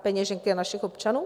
Peněženky našich občanů?